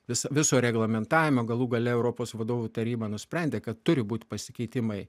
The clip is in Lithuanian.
vis viso reglamentavimo galų gale europos vadovų taryba nusprendė kad turi būt pasikeitimai